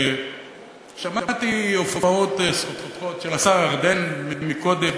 ששמעתי הופעות זחוחות של השר ארדן קודם,